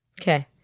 Okay